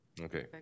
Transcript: Okay